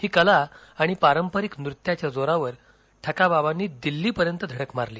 ही कला आणि पारंपरिक नृत्याच्या जोरावर ठकाबाबांनी दिल्लीपर्यंत धडक मारली